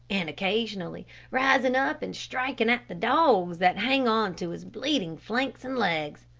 and occasionally rising up and striking at the dogs that hang on to his bleeding flanks and legs.